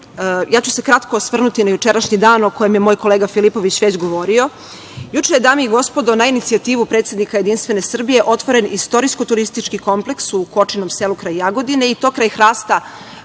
Ja ću se kratko osvrnuti na jučerašnji dan, o kojem je moj kolega Filipović već govorio. Juče je dame i gospodo na inicijativu predsednika JS otvoren istorijsko-turistički kompleks u Kočinom selu kraj Jagodine i to kraj hrasta